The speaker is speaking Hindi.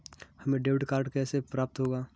हमें डेबिट कार्ड कैसे प्राप्त होगा?